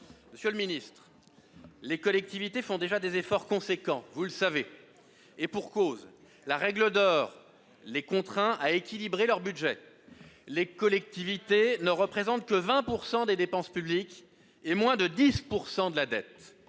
Monsieur le ministre, les collectivités font déjà des efforts importants ; vous le savez. Et pour cause : la règle d'or les contraint à équilibrer leur budget. Les collectivités ne représentent que 20 % des dépenses publiques, et moins de 10 % de la dette.